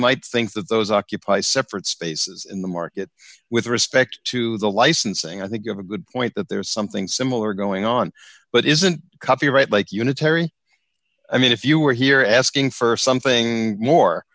might think that those occupy separate spaces in the market with respect to the licensing i think you have a good point that there's something similar going on but isn't copyright like unitary i mean if you were here asking for something more